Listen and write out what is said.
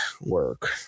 work